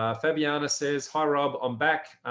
um fabiana says hi, rob i'm back.